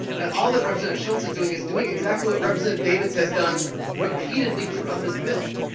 and all that representative schultz is doing is doing exactly what representative davids has done repeatedly throughout his bill.